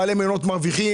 בעלי מעונות מרוויחים.